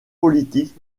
politiques